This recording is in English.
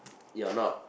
you are not